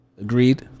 Agreed